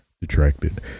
detracted